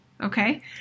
Okay